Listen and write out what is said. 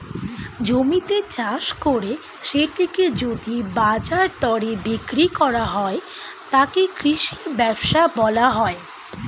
জমিতে চাষ করে সেটিকে যদি বাজার দরে বিক্রি করা হয়, তাকে কৃষি ব্যবসা বলা হয়